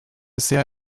sehr